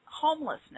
homelessness